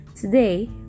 Today